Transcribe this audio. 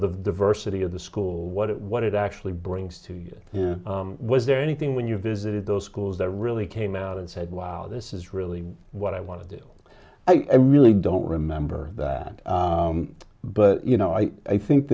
the diversity of the school what it what it actually brings to it was there anything when you visit those schools that really came out and said wow this is really what i want to do i really don't remember that but you know i i think